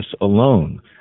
alone